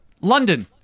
London